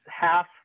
half